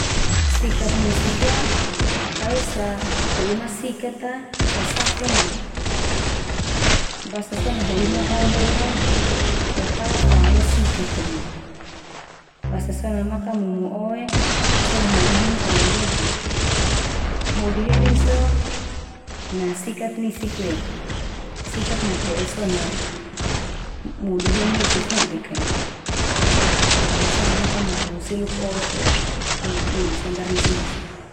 Sikat nisik ia ka esa ho'i ma sikat a fo saven de. Basa so na ho'i ma odol a fo tao fa lo sikat a neu. Basa so na makamumu oe so na mudi heni oe ndia de. Mudi henin so na sikat nisik le. Sikat mate'e so na mudi heni fufudek al fo basa so na makamumu seluk oe, fo mudi henin son barisi ndia so.